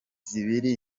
zibiri